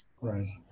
Right